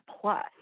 plus